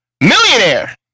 Millionaire